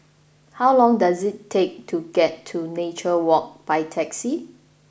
how long does it take to get to Nature Walk by taxi